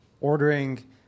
ordering